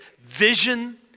vision